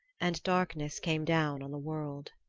and darkness came down on the world.